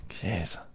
Jeez